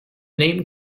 name